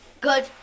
Good